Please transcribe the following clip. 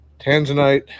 tanzanite